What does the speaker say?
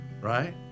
right